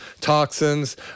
toxins